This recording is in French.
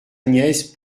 nièce